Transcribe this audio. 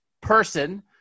person